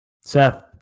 Seth